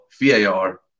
VAR